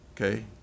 Okay